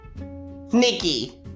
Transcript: Nikki